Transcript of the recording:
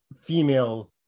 female